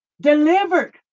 delivered